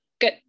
Good